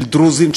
של דרוזים,